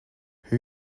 who